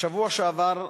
בשבוע שעבר,